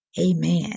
Amen